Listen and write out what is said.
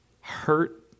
hurt